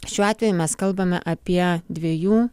šiuo atveju mes kalbame apie dviejų